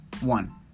One